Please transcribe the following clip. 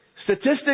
Statistics